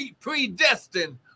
predestined